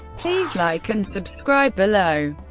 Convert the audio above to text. please like and subscribe below.